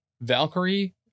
Valkyrie